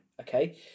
okay